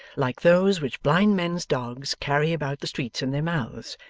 like those which blind-men's dogs carry about the streets in their mouths,